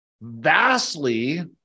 vastly